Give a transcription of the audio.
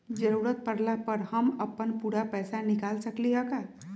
जरूरत परला पर हम अपन पूरा पैसा निकाल सकली ह का?